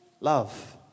Love